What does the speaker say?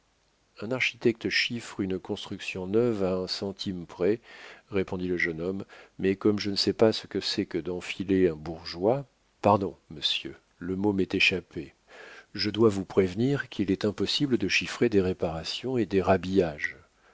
un architecte chiffre une construction neuve à un centime près répondit le jeune homme mais comme je ne sais pas ce que c'est que d'enfiler un bourgeois pardon monsieur le mot m'est échappé je dois vous prévenir qu'il est impossible de chiffrer des réparations et des rhabillages